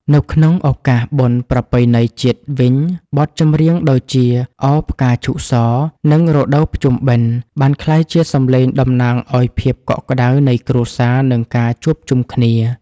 នៅក្នុងឱកាសបុណ្យប្រពៃណីជាតិវិញ បទចម្រៀងដូចជា ឱ! ផ្កាឈូកស និង រដូវភ្ជុំបិណ្ឌ បានក្លាយជាសម្លេងតំណាងឱ្យភាពកក់ក្តៅនៃគ្រួសារ និងការជួបជុំគ្នា។